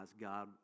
God